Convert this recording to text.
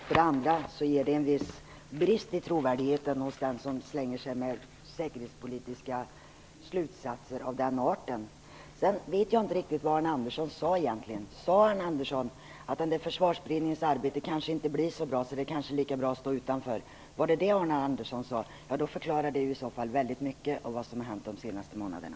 För det andra ger det en viss brist i trovärdigheten hos den som slänger sig med säkerhetspolitiska slutsatser av den arten. Jag vet inte riktigt vad Arne Andersson sade egentligen. Sade Arne Andersson att Försvarsberedningens arbete kanske inte blir så bra, så det är kanske lika bra att stå utanför? Om det var det Arne Andersson sade, då förklarar det väldigt mycket av det som har hänt de senaste månaderna.